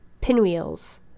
pinwheels